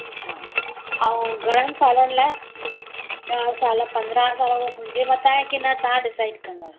अच्छा ऐं घणनि सालनि लाइ ॾह साल पंद्राहं साल जो मुंहिंजे मथां आहे के न तव्हां डिसाइड कंदा